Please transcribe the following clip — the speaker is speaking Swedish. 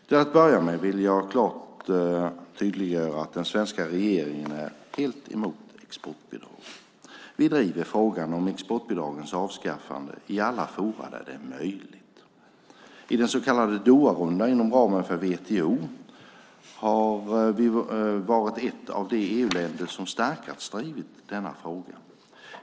Till att börja med vill jag klart tydliggöra att den svenska regeringen är helt emot exportbidrag. Vi driver frågan om exportbidragens avskaffande i alla forum där det är möjligt. I den så kallade Doharundan inom ramen för WTO har vi varit ett av de EU-länder som starkast har drivit denna fråga.